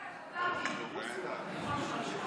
רגע, מיכאל, חזרתי.